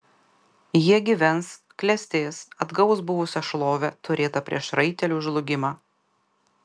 jie gyvens klestės atgaus buvusią šlovę turėtą prieš raitelių žlugimą